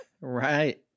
Right